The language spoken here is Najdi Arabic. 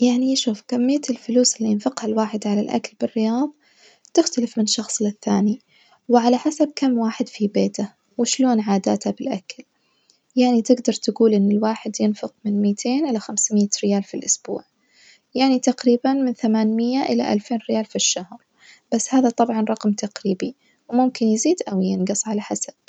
يعني شوف كمية الفلوس الينفقها الواحد على الأكل بالرياض تختلف من شخص للثاني وعلى حسب كام واحد في بيته وشلون عاداته بالأكل، يعني تجدر تجول إن الواحد بينفق من متين إلى خمسميت ريال في الأسبوع يعني تقريبًا من ثمانمية إلى ألفين ريال في الشهر بس هذا طبعًا رقم تقريبي و ممكن يزيد أو ينقص على حسب.